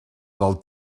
del